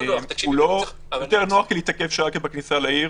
יותר נוח להתעכב שעה בכניסה לעיר,